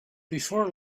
before